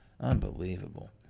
Unbelievable